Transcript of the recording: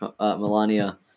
Melania